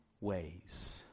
ways